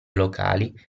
locali